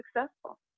successful